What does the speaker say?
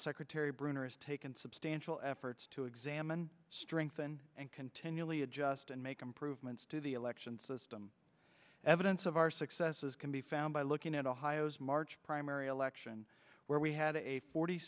secretary brunner has taken substantial efforts to examine strengthen and continually adjust and make improvements to the election system evidence of our successes can be found by looking at ohio's march primary election where we had a forty